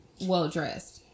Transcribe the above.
well-dressed